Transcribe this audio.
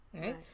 Right